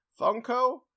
Funko